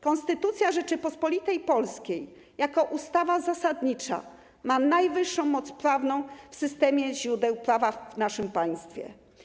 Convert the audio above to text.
Konstytucja Rzeczypospolitej Polskiej jako ustawa zasadnicza ma najwyższą moc prawną w systemie źródeł prawa w naszym państwie.